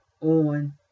on